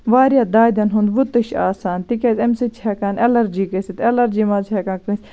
واریاہ دادٮ۪ن ہُند وُتُش چھِ آسان تِکیازِ اَمہِ سۭتۍ چھِ ہیٚکان ایٚلَرجی گژھِ ایٚلرجی منٛز چھُ ہیٚکان کٲنسہِ